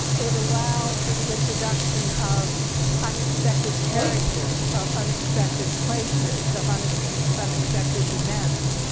it allows for the introduction of unexpected characters, of unexpected places, of unexpected unexpected events.